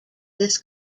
this